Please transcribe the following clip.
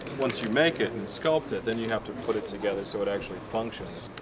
once you make it and sculpt it, then you have to put it together so it actually functions.